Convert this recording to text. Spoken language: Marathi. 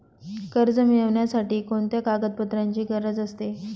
कर्ज मिळविण्यासाठी कोणत्या कागदपत्रांची गरज असते?